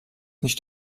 nicht